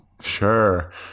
Sure